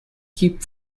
keep